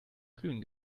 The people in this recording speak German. glühen